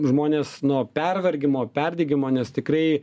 žmonės nuo pervargimo perdegimo nes tikrai